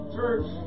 Church